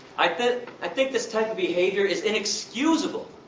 i think i think this type of behavior is inexcusable,